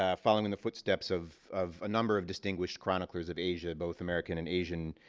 ah following in the footsteps of of a number of distinguished chroniclers of asia, both american and asian,